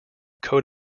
coat